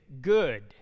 good